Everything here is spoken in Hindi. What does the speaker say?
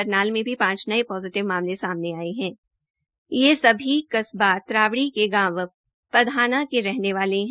करनाल में भी पांच नये पोजिटिव मामले समाने आये है ये सभी तरावड़ी के गांव पधाना के रहने वाले है